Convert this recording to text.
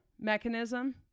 Mechanism